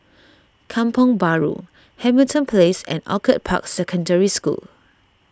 Kampong Bahru Hamilton Place and Orchid Park Secondary School